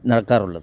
നടക്കാറുള്ളത്